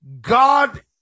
God